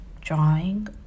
drawing